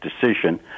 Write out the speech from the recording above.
decision